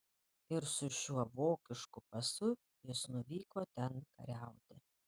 ir su šiuo vokišku pasu jis nuvyko ten kariauti